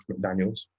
McDaniels